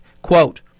Quote